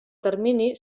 termini